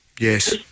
Yes